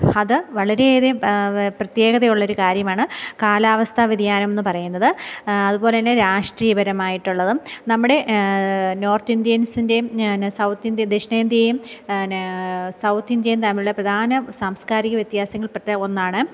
അത് വളരേയധികം പ്രത്യേകതയുള്ളൊരു കാര്യമാണ് കാലാവസ്ഥാ വ്യതിയാനം എന്നു പറയുന്നത് അതുപോലതന്നെ രാഷ്ട്രീയ പരമായിട്ടുള്ളതും നമ്മുടെ നോര്ത്ത് ഇന്ത്യന്സിന്റേയും പിന്നെ ഞാൻ സൗത്ത് ഇന്ത്യ ദക്ഷിണേന്ത്യയും തന്നെ സൗത്ത് ഇന്ത്യയും തമ്മിലുള്ള പ്രധാന സാംസ്കാരിക വ്യത്യാസങ്ങള് പെട്ട ഒന്നാണ്